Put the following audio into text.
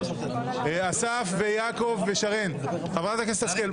אסף ויעקב ושרן, חברת הכנסת השכל.